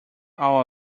all